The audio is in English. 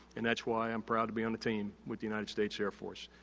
and, that's why i'm proud to be on the team with the united states air force.